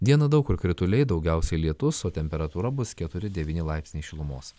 dieną daug kur krituliai daugiausiai lietus o temperatūra bus keturi devyni laipsniai šilumos